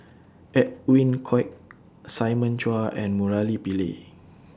Edwin Koek Simon Chua and Murali Pillai